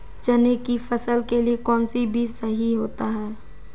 चने की फसल के लिए कौनसा बीज सही होता है?